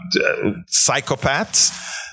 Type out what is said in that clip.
psychopaths